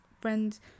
friends